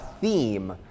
theme